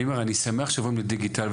אני שמח שעוברים לדיגיטל,